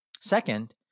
Second